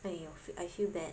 !aiyo! feel I feel bad